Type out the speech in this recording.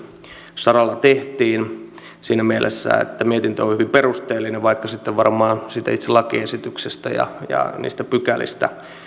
saralla tehtiin siinä mielessä että mietintö on hyvin perusteellinen vaikka sitten varmaan siitä itse lakiesityksestä ja ja niistä pykälistä